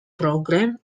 program